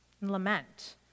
lament